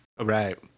Right